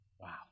Wow